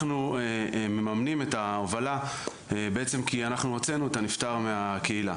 אנחנו מממנים את ההובלה בעצם כי אנחנו הוצאנו את הנפטר מהקהילה.